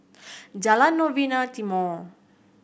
Jalan Novena Timor